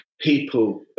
people